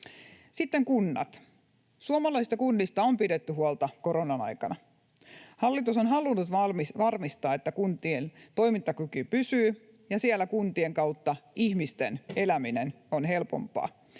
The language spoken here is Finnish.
Sitten kunnat. Suomalaisista kunnista on pidetty huolta koronan aikana. Hallitus on halunnut varmistaa, että kuntien toimintakyky pysyy — kuntien kautta ihmisten eläminen on helpompaa